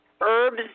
herbs